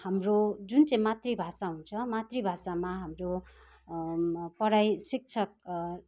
हाम्रो जुन चाहिँ मातृ भाषा हुन्छ मातृ भाषामा हाम्रो पढाइ शिक्षक